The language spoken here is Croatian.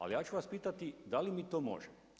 Ali ja ću vas pitati da li mi to možemo.